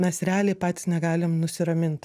mes realiai patys negalim nusiramint